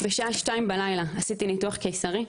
בשעה 2 בלילה נכנסתי לניתוח קיסרי,